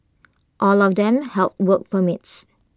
all of them held work permits